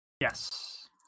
Yes